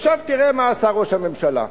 עכשיו תראה מה עשה ראש הממשלה.